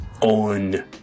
on